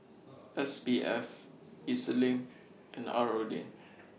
S B F E Z LINK and R O D